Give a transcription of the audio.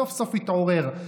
סוף-סוף התעורר,